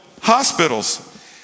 hospitals